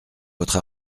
votre